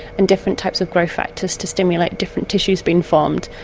and different types of growth factors to stimulate different tissues being formed.